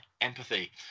empathy